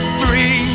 three